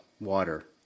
water